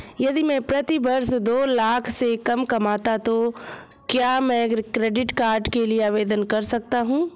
यदि मैं प्रति वर्ष दो लाख से कम कमाता हूँ तो क्या मैं क्रेडिट कार्ड के लिए आवेदन कर सकता हूँ?